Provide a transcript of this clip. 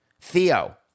Theo